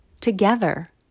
together